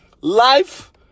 Life